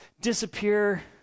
disappear